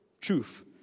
truth